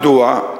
מדוע?